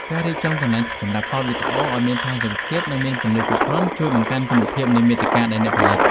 ការរៀបចំកន្លែងសម្រាប់ថតវីដេអូឱ្យមានផាសុកភាព និងមានពន្លឺគ្រប់គ្រាន់ នឹងជួយបង្កើនគុណភាពនៃមាតិកាដែលអ្នកផលិត។